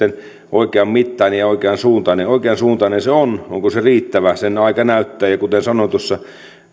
oikean mittainen ja oikean suuntainen oikean suuntainen se on onko se riittävä sen aika näyttää kuten sanoin tuossa